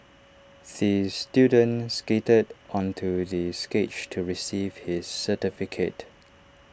the student skated onto the stage to receive his certificate